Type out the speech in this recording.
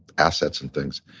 assets and things.